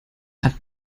hat